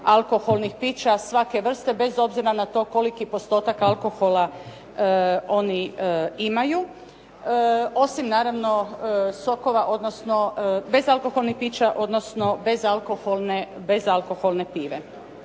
alkoholnih pića svake vrste bez obzira na to koliki postotak alkohola oni imaju osim naravno sokova odnosno bezalkoholnih pića, odnosno bezalkoholne pive.